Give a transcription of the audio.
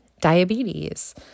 diabetes